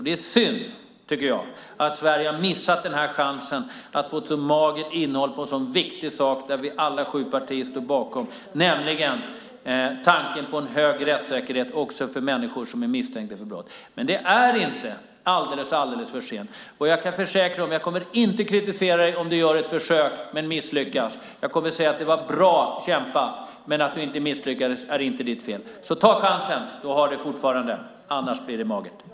Det är synd, tycker jag, att Sverige har missat den här chansen, att man har fått ett så magert innehåll på en så viktig sak som vi alla sju partier står bakom, nämligen tanken på en hög rättssäkerhet också för människor som är misstänkta för brott. Men det är inte alldeles för sent. Jag försäkrar att jag inte kommer att kritisera dig om du gör ett försök men misslyckas. Jag kommer att säga att det var bra kämpat men att det inte var ditt fel att du misslyckades. Ta chansen! Du har den fortfarande. Annars blir det magert.